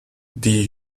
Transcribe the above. die